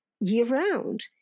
year-round